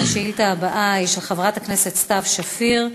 השאילתה הבאה היא של חברת הכנסת סתיו שפיר,